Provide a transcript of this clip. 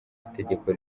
itegeko